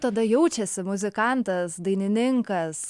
tada jaučiasi muzikantas dainininkas